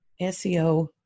SEO